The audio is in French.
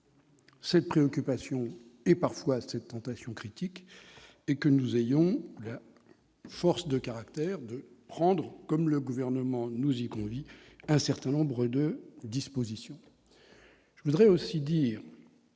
cette préoccupation, et parfois cette tentation critique, et d'avoir la force de caractère de prendre, comme le Gouvernement nous y incite, un certain nombre de dispositions. Je voudrais aussi dire,